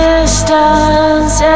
Distance